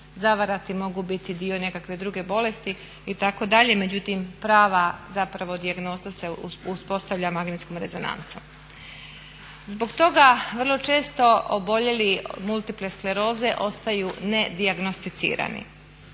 zavarati, mogu biti dio nekakve druge bolesti itd. međutim prava zapravo dijagnoza se uspostavlja magnetskom rezonancom. Zbog toga vrlo često oboljeli od multiple skleroze ostaju ne dijagnosticirani.